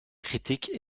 critique